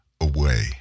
Away